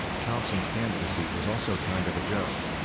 thompson's candidacy was also kind of a joke.